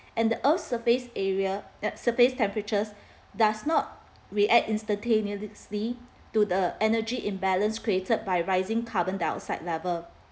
and the earth's surface area at surface temperatures does not react instantaneous to the energy imbalance created by rising carbon dioxide level